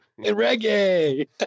Reggae